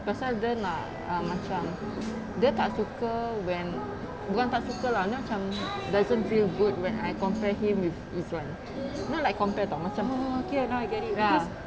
pasal dia nak uh macam dia tak suka when bukan tak suka lah dia macam doesn't feel good when I compare him with izuan not like compare [tau] macam